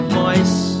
voice